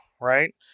right